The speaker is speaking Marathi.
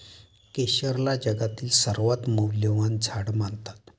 केशरला जगातील सर्वात मौल्यवान झाड मानतात